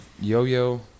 yo-yo